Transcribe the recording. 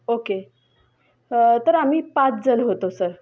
okay तर आम्ही पाचजण होतो सर